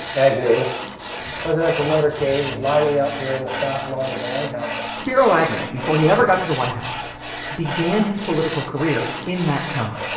agnew. the presidential motorcade is lining up here on the south lawn of the white house spiro agnew before he ever got to the white house began his political career in that county.